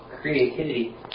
creativity